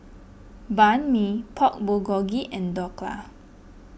Banh Mi Pork Bulgogi and Dhokla